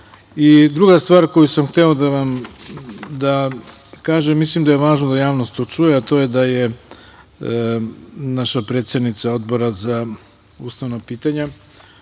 stvar koju sam hteo da vam kažem, a mislim da je važno da javnost to čuje, a to je da naša predsednica Odbora za ustavna pitanja,